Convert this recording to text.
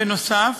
בנוסף,